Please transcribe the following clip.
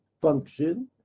function